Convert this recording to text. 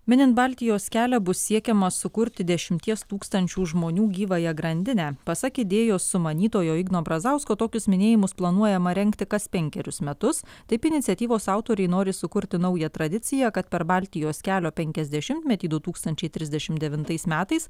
minint baltijos kelią bus siekiama sukurti dešimties tūkstančių žmonių gyvąją grandinę pasak idėjos sumanytojo igno brazausko tokius minėjimus planuojama rengti kas penkerius metus taip iniciatyvos autoriai nori sukurti naują tradiciją kad per baltijos kelio penkiasdešimmetį du tūkstančiai trisdešim devintais metais